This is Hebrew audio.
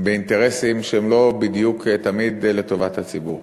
באינטרסים שהם לא בדיוק תמיד לטובת הציבור.